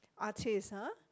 artists ah